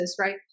right